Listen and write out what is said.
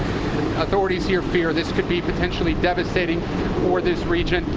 authorities here fear this could be potentially devastating for this region.